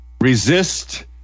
Resist